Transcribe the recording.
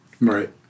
Right